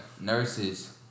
nurses